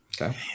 Okay